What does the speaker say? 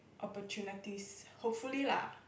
opportunities hopefully lah